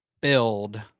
build